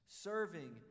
serving